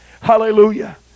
Hallelujah